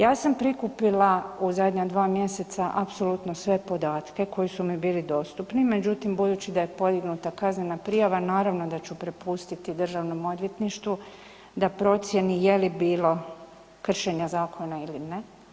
Ja sam prikupila u zadnja dva mjeseca apsolutno sve podatke koji su mi bili dostupni, međutim budući da je podignuta kaznena prijava naravno da ću prepustiti državnom odvjetništvu da procijeni je li bilo kršenja zakona ili ne.